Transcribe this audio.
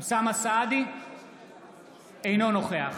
אינו נוכח